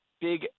big